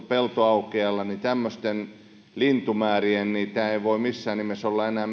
peltoaukealla niin tämmöiset lintumäärät eivät voi missään nimessä olla enää